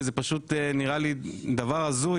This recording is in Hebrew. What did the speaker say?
זה פשוט נראה לי דבר הזוי